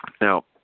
Now